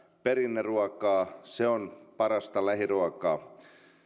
perinneruokaa se on parasta lähiruokaa